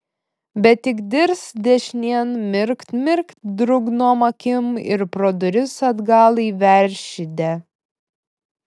bet tik dirst dešinėn mirkt mirkt drungnom akim ir pro duris atgal į veršidę